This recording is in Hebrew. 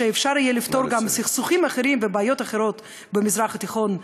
שאפשר לפתור גם סכסוכים אחרים ובעיות אחרות במזרח התיכון,